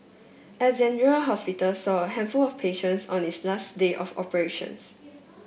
Alexandra Hospital saw a handful of patients on its last day of operations